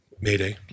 Mayday